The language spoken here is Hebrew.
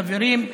חברים,